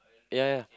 ya ya